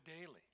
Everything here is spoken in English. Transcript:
daily